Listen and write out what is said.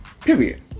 Period